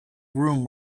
room